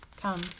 Come